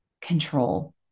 control